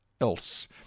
Else